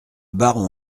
baron